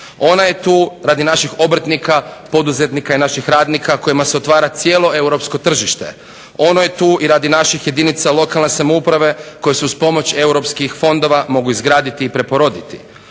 Ona je tu radi naših obrtnika, poduzetnika i naših radnika kojima se otvara cijelo europsko tržište, ono je tu i radi naših jedinica lokalne samouprave koje se uz pomoć europskih fondova mogu izgraditi i preporoditi.